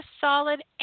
solid